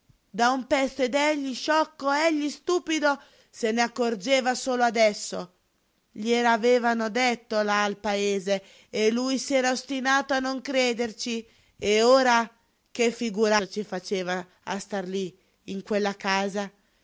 da un pezzo ed egli sciocco egli stupido se n'accorgeva solo adesso glielo avevano detto là al paese e lui s'era ostinato a non crederci e ora che figura ci faceva a star lí in quella casa